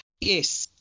Yes